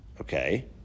okay